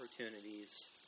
opportunities